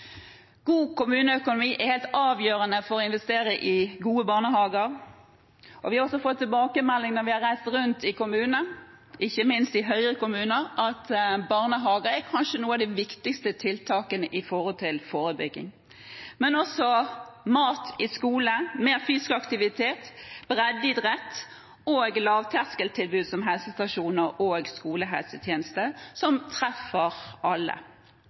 God kommuneøkonomi er helt avgjørende for å investere i gode barnehager. Vi har fått tilbakemeldinger når vi har reist rundt i kommunene, ikke minst i Høyre-kommuner, om at barnehager kanskje er et av de viktigste tiltakene når det gjelder forebygging, men også mat i skolen, mer fysisk aktivitet, breddeidrett og lavterskeltilbud som helsestasjoner og skolehelsetjeneste som treffer alle.